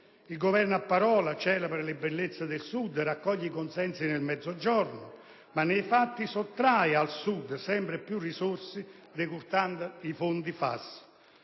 Il Governo a parole celebra le bellezze del Sud e raccoglie consensi nel Mezzogiorno, ma nei fatti sottrae al Sud sempre più risorse, decurtando il Fondo per